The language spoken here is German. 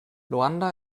luanda